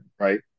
right